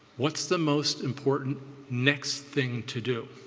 what's the most important next thing to do?